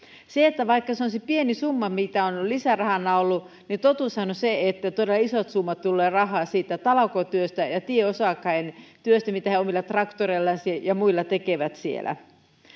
vaikka se on pieni summa mitä on on lisärahana ollut niin totuushan on se että todella isot summat tulee rahaa siitä talkootyöstä ja tieosakkaiden työstä mitä he omilla traktoreillaan ja muilla tekevät siellä